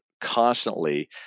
constantly